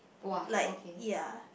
like ya